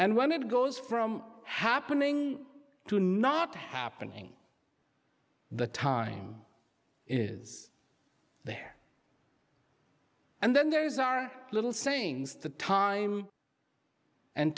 and when it goes from happening to not happening the time is there and then there is our little sayings the time and